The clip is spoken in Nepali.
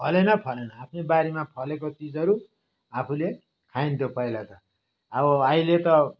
फलेन फलेन आफ्नै बारीमा फलेको चिजहरू आफूले खाइन्थ्यो पहिला त अब अहिले त